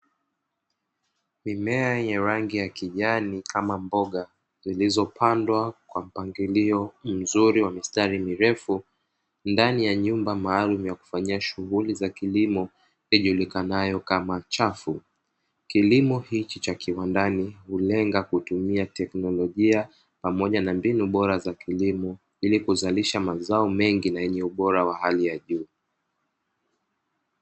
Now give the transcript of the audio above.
Mimea yenye rangi ya kijani ama mboga zilizopandwa kwa mpangilio maalumu wa msitari mrefu ndani ya nyumba maalumu ya kufanyia shughuli za kilimo ijulikanayo kama chafu, kilimo hiki cha viwandani hulenga kutumia teknolojia pamoja na mbinu bora za kilimo ili kuzalisha mazao mengi na yenye ubora wa hali ya juu.